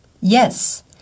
Yes